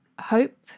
hope